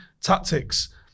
tactics